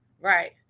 right